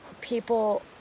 people